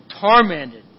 tormented